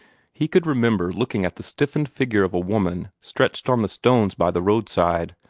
he could remember looking at the stiffened figure of a woman stretched on the stones by the roadside,